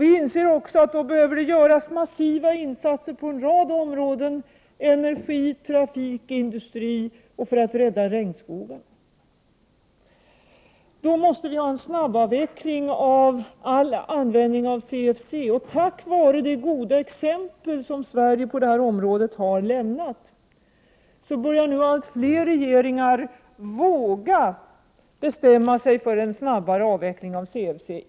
Vi inser också att det då behöver göras massiva insatser på en rad områden — när det gäller energi, trafik, industri och när det gäller att rädda regnskogarna. Då måste vi ha en snabbavveckling av all användning av CFC. Tack vare det goda exempel som Sverige har gett på det här området, börjar nu allt fler regeringar våga bestämma sig för snabbare avveckling av CFC.